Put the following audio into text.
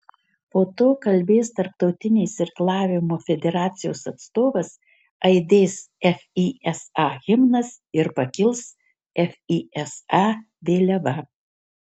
po to kalbės tarptautinės irklavimo federacijos atstovas aidės fisa himnas ir pakils fisa vėliava